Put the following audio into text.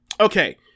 okay